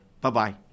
Bye-bye